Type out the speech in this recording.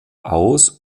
aus